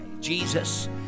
Jesus